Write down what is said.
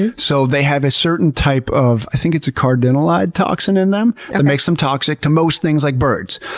and so they have a certain type of, i think it's a cardenolide toxin, in them that makes them toxic to most things like birds.